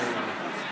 תודה רבה.